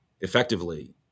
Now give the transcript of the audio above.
effectively